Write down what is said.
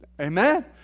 Amen